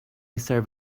serve